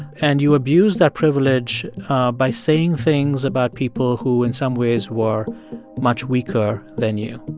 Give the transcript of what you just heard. and you abused that privilege by saying things about people who, in some ways, were much weaker than you.